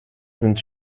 sind